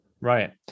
Right